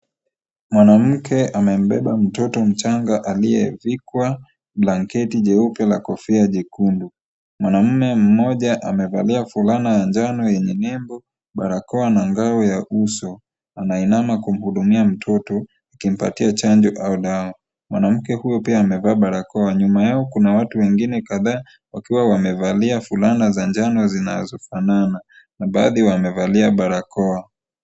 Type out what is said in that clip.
Mwanamke amembeba mtoto mchanga aliyevikwa blanketi jeupe la kofia jekundu. Mwanaume mmoja amevalia fulana ya njano yenye nembo, barakoa na ngano ya uso. Anainama kumhudumia mtoto akimpatia chanjo au dawa. Mwanamke huyu pia amevaa barakoa. Nyuma yao kuna watu wengine kadhaa wakiwa wamevalia fulana za njano zinazofanana na baadhi wamevalia barakoa.